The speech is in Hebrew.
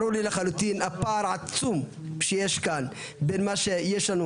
ברור לי לחלוטין הפער העצום שיש כאן בין מה שיש לנו